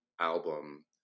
album